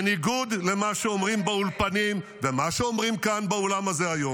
בניגוד למה שאומרים באולפנים ולמה שאומרים כאן באולם הזה היום,